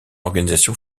organisation